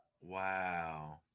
Wow